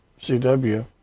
CW